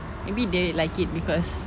maybe they like it because